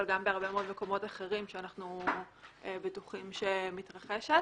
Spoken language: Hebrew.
אבל גם בהרבה מאוד מקומות אחרים שאנחנו בטוחים שהיא מתרחשת.